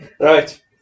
right